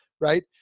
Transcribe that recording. Right